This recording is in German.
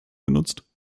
genutzt